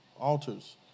Altars